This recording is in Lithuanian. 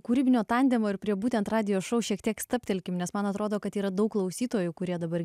kūrybinio tandemo ir prie būtent radijo šou šiek tiek stabtelkime nes man atrodo kad yra daug klausytojų kurie dabar